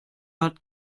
hat